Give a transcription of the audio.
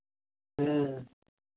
ᱦᱩᱸ